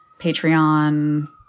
Patreon